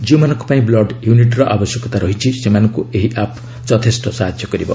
ଯେଉଁମାନଙ୍କ ପାଇଁ ବ୍ଲଡ୍ ୟୁନିଟ୍ର ଆବଶ୍ୟକତା ରହିଛି ସେମାନଙ୍କୁ ଏହି ଆପ୍ ଯଥେଷ୍ଟ ସାହାଯ୍ୟ କରିବ